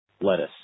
lettuce